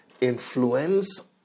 influence